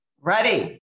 Ready